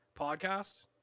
podcast